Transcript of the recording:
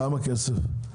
כמה כסף?